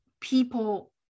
people